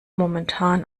momentan